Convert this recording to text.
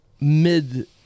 mid